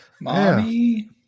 mommy